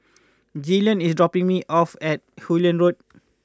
Jillian is dropping me off at Hullet Road